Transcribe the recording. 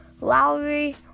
Lowry